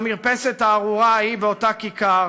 על המרפסת הארורה ההיא באותה כיכר,